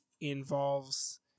involves